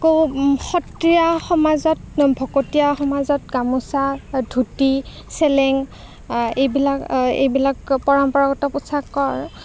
আকৌ সত্ৰীয়া সমাজত ভকতীয়া সমাজত গামোছা ধূতি চেলেং এইবিলাক এইবিলাক পৰম্পৰাগত পোচাকৰ